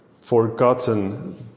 forgotten